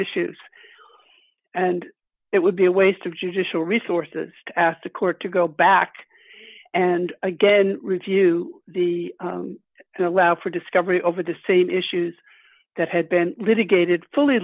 issues and it would be a waste of judicial resources to ask the court to go back and again review the allow for discovery over the same issues that had been litigated fully